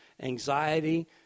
anxiety